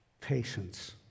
Patience